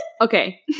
Okay